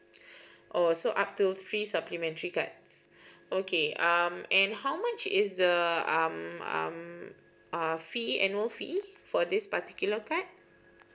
oh so up to three supplementary cards okay um and how much is the um um uh fee annual fee for this particular card